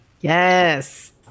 Yes